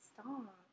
stop